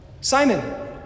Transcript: Simon